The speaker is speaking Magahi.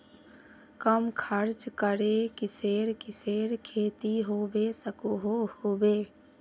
कम खर्च करे किसेर किसेर खेती होबे सकोहो होबे?